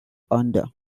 under